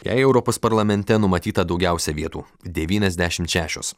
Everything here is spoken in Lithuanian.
jei europos parlamente numatyta daugiausiai vietų devyniasdešimt šešios